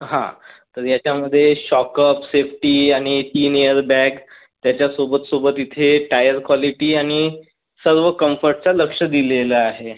हा तर ह्याच्यामध्ये शॉकप सेफ्टी आणि तीन एअरबॅग त्याचा सोबत सोबत इथे टायर कॉलिटी आणि सर्व कंफर्टचा लक्ष दिलेलं आहे